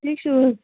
ٹھیٖک چھُو حظ